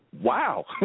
Wow